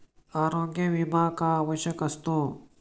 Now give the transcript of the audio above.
आरोग्य विमा का आवश्यक असतो?